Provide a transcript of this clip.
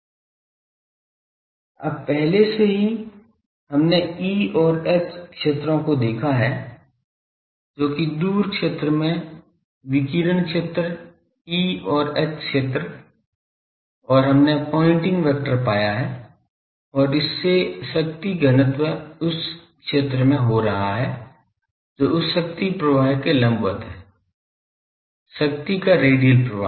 अब पहले से ही हमने E और H क्षेत्रों को देखा है जो कि दूर क्षेत्र में विकिरण क्षेत्र E और H क्षेत्र और हमने पॉइंटिंग वेक्टर पाया है और इससे शक्ति घनत्व उस क्षेत्र में हो रहा है जो उस शक्ति प्रवाह के लंबवत है शक्ति का रेडियल प्रवाह